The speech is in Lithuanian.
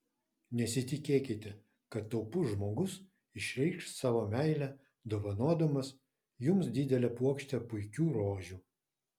nesitikėkite kad taupus žmogus išreikš savo meilę dovanodamas jums didelę puokštę puikių rožių